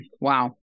Wow